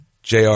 JR